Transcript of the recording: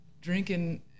drinking